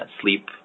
sleep